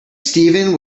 steven